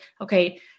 okay